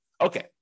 Okay